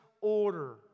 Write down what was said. order